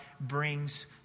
brings